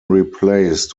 replaced